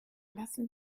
lassen